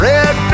Red